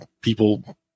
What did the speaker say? people